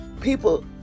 people